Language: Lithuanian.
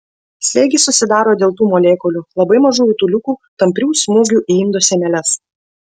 slėgis susidaro dėl tų molekulių labai mažų rutuliukų tamprių smūgių į indo sieneles